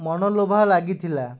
ମନଲୋଭା ଲାଗିଥିଲା